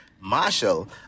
Marshall